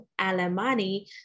Alemani